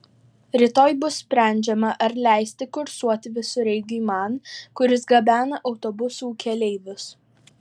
rytoj bus sprendžiama ar leisti kursuoti visureigiui man kuris gabena autobusų keleivius